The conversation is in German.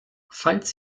falls